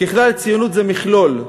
ככלל, ציונות זה מכלול.